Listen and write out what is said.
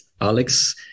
Alex